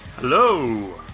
Hello